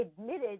admitted